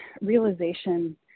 realization